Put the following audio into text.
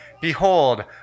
Behold